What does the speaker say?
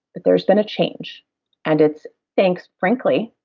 there's been a change and it's thanks, frankly,